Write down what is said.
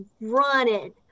running